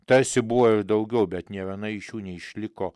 tarsi buvo ir daugiau bet nė viena iš jų neišliko